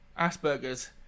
Asperger's